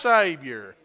Savior